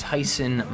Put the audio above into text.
Tyson